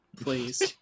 please